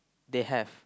they have